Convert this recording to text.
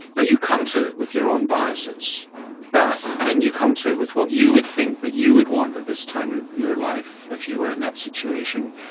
you come to it with your own biases and you come to it with what you would think that you would want at this time of your life if you were in that situation.